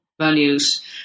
values